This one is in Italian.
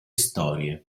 storie